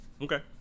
Okay